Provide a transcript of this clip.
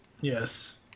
Yes